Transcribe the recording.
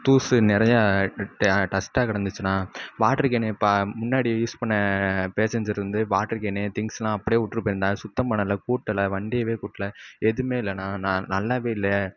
தூசு நிறையா டா டஸ்ட்டாக கிடந்துச்சிண்ணா வாட்டரு கேனு இப்போ முன்னாடி யூஸ் பண்ண பேசஞ்சர் வந்து வாட்டரு கேனு திங்க்ஸ்லாம் அப்படே உட்டிப் போயிருந்தார் சுத்தம் பண்ணலை கூட்டலை வண்டியவே கூட்டல எதுவுமே இல்லைண்ணா நான் நல்லாவே இல்லை